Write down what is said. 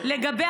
לגבי